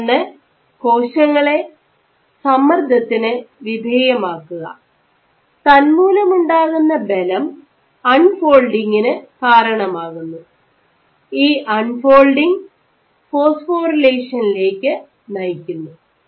തുടർന്ന് കോശങ്ങളെ സമ്മർദ്ദത്തിന് വിധേയമാക്കുക തന്മൂലമുണ്ടാകുന്ന ബലം അൺഫോൾഡിങ്ങിന് കാരണമാകുന്നു ഈ അൺഫോൾഡിങ് ഫോസ്ഫോറിലേഷനിലേക്ക് നയിക്കുന്നു